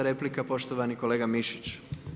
4 replika, poštovani kolega Mišić.